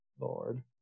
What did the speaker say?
Lord